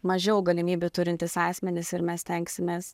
mažiau galimybių turintys asmenys ir mes stengsimės